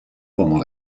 pendant